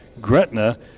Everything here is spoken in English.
Gretna